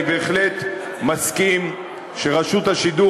אני בהחלט מסכים שרשות השידור,